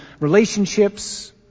relationships